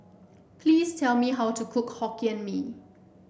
please tell me how to cook Hokkien Mee